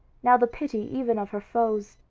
now the pity even of her foes!